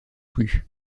plus